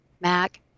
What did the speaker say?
Mac